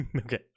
okay